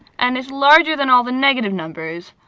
and it's larger than all the negative numbers,